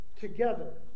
together